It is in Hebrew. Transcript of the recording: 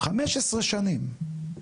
15 שנים.